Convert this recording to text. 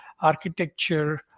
architecture